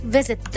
Visit